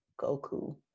Goku